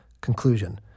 Conclusion